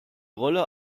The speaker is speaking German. rolle